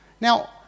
Now